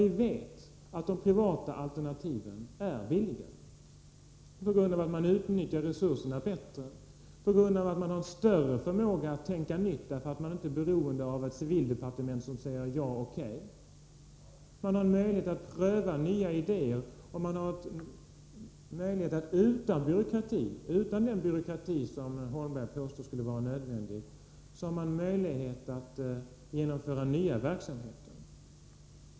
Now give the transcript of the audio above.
Vi vet att de privata alternativen är billigare, på grund av att man utnyttjar resurserna bättre och på grund av att man har större förmåga att ”tänka nytt” därför att man inte är beroende av att civildepartementet säger O.K. Man har möjlighet att pröva nya idéer, och man har möjlighet att utan den byråkrati som Bo Holmberg påstår skulle vara nödvändig genomföra nya verksamheter.